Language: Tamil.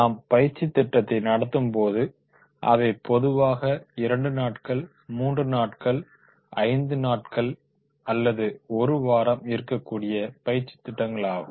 நாம் பயிற்சி திட்டத்தை நடத்தும் போது அவை பொதுவாக 2 நாட்கள்3நாட்கள்5நாட்கள் அல்லது 1வாரம் இருக்கக்கூடிய பயிற்சித் திட்டங்களாகும்